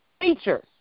features